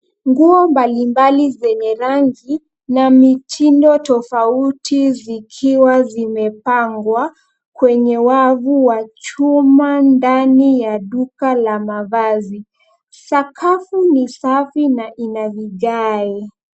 Nguo mbalimbali zenye rangi na mitindo tofauti zikiwa zimepangwa kwenye wavu wa chuma ndani ya duka la mavazi. Sakafu ni safi na ina vigae.